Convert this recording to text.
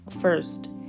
first